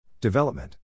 Development